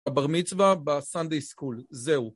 בבר מצווה בסנדיי סקול. זהו.